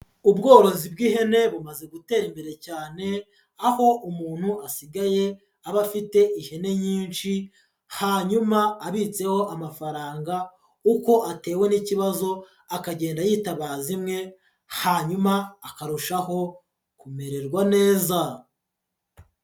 Ubworozi bw'ihene bumaze gutera imbere cyane, aho umuntu asigaye aba afite ihene nyinshi, hanyuma abitseho amafaranga uko atewe n'ikibazo akagenda yitabaza imwe, hanyuma akarushaho kumererwa neza.